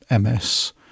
MS